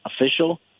official